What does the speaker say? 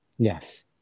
Yes